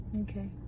Okay